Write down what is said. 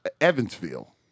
Evansville